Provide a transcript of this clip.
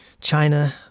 China